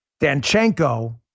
Danchenko